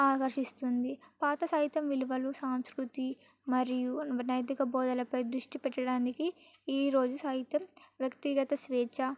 ఆకర్షిస్తుంది పాత సాహిత్యం విలువలు సాంస్కృతి మరియు నైతిక బోధనలపై దృష్టి పెట్టడానికి ఈరోజు సాహిత్యం వ్యక్తిగత స్వేఛ